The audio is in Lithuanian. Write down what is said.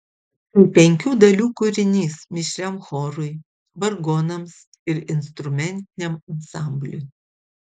tai penkių dalių kūrinys mišriam chorui vargonams ir instrumentiniam ansambliui